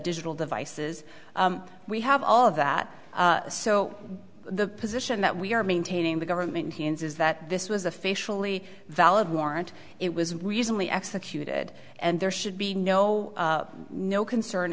digital devices we have all of that so the position that we are maintaining the government says that this was officially valid warrant it was recently executed and there should be no no concern